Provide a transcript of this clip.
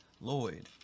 Lloyd